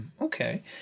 Okay